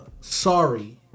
Sorry